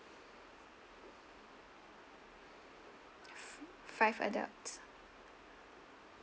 f~ five adults